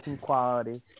quality